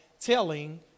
telling